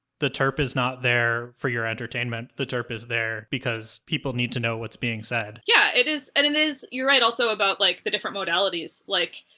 the terp is not there for your entertainment. the terp is there because people need to know what's being said. sarah yeah, it is and it is you're right also about like the different modalities. like,